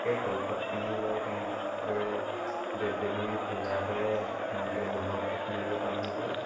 লোকে কলপাত পিন্ধিলৈ তেনেদৰে দেৱ দেৱীৰ পূজা কৰে তেওঁলোকে বহুৱা উৎসৱ তেনেদৰে পালন কৰে